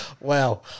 Wow